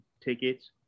tickets